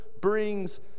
Brings